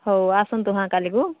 ହଉ ଆସନ୍ତୁ ହାଁ କାଲିକି